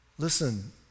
Listen